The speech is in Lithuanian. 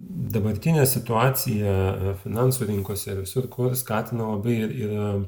dabartinė situacija finansų rinkose visur kur skatino labai yra